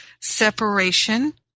separation